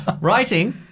writing